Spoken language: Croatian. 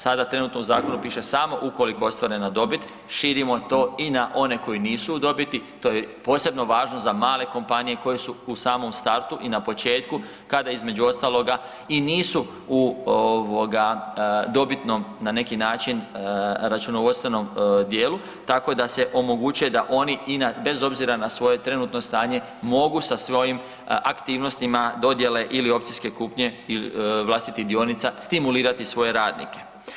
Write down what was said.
Sada trenutno u zakonu piše „samo ukoliko ostvarena dobit“, širimo to i na one koji nisu u dobiti, to je posebno važno za male kompanije koje su u samom startu i na početku kada između ostaloga i nisu u ovoga dobitnom na neki način računovodstvenom dijelu, tako da se omogućuje da oni i na, bez obzira na svoje trenutno stanje mogu sa svojim aktivnostima dodjele ili opcijske kupnje vlastitih dionica stimulirati svoje radnike.